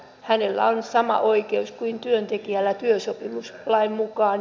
hänellä olisi sama oikeus kuin työntekijällä työsopimuslain mukaan